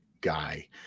guy